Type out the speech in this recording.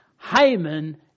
Haman